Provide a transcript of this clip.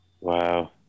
Wow